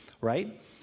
right